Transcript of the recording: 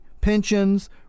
pensions